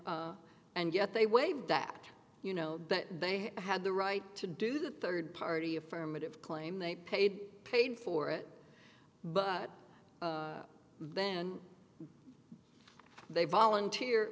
and yet they waived that you know that they had the right to do the third party affirmative claim they paid paid for it but then they volunteer